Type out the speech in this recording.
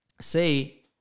say